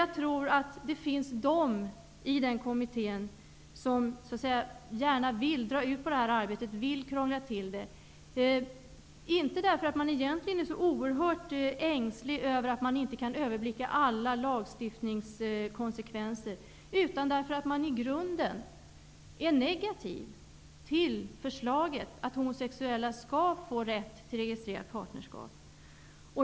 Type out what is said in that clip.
Jag tror att det i kommittén finns ledamöter som gärna vill dra ut på arbetet och krångla till det, inte därför att man egentligen är så oerhört ängslig över att man inte kan överblicka alla lagstiftningskonsekvenser, utan därför att man i grunden är negativ till förslaget att homosexuella skall få rätt till registrerat partnerskap.